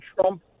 Trump